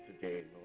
today